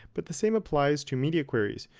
but the same applies to media queries.